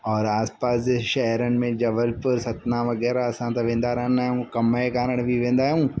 और आस पास जे शहरनि में जबलपुर सतना वग़ैरह असां त वेंदा रहंदा आहियूं कम जे कारण बि वेंदा आहियूं